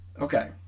Okay